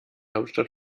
hauptstadt